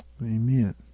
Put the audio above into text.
Amen